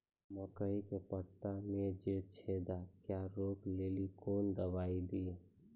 मकई के पता मे जे छेदा क्या रोक ले ली कौन दवाई दी?